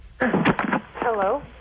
Hello